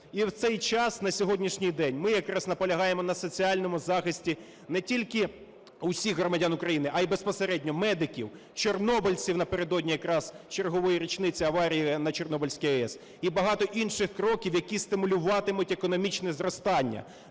І в цей час на сьогоднішній день ми якраз наполягаємо на соціальному захисті не тільки усіх громадян України, а і безпосередньо медиків, чорнобильців напередодні якраз чергової річниці аварії на Чорнобильській АЕС і багато інших кроків, які стимулюватимуть економічне зростання.